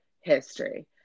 history